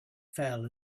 fell